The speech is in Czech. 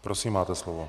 Prosím, máte slovo.